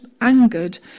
angered